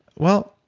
well,